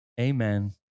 Amen